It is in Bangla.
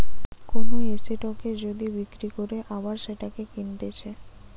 কোন এসেটকে যদি বিক্রি করে আবার সেটা কিনতেছে